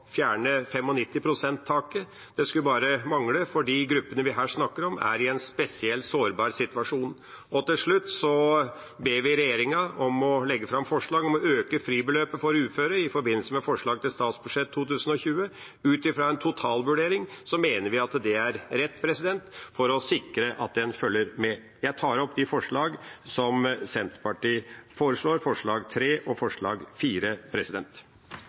fjerne 95 pst.-taket. Det skulle bare mangle, for de gruppene vi her snakker om, er i en spesiell, sårbar situasjon. Til slutt ber vi regjeringa legge fram forslag om å øke fribeløpet for uføre i forbindelse med forslaget til statsbudsjett for 2020. Ut fra en totalvurdering mener vi at det er rett for å sikre at en følger med. Jeg tar opp det forslaget som Senterpartiet har sammen med SV, og